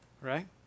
right